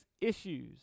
issues